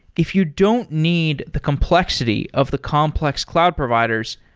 if you don't need the complexity of the complex cloud providers,